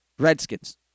Redskins